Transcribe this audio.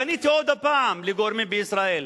פניתי עוד פעם לגורמים בישראל,